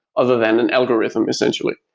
other than an algorithm essentially.